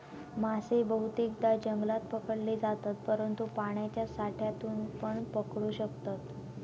मासे बहुतेकदां जंगलात पकडले जातत, परंतु पाण्याच्या साठ्यातूनपण पकडू शकतत